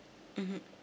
mmhmm